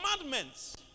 commandments